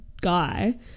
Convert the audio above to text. guy